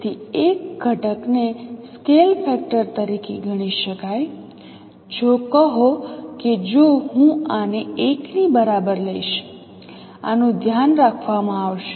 તેથી એક ઘટકને સ્કેલ ફેક્ટર તરીકે ગણી શકાય જો કહો કે જો હું આને 1 ની બરાબર લઈશ આનું ધ્યાન રાખવામાં આવશે